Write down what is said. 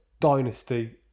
Dynasty